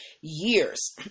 years